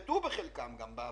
חלקם גם הופרט.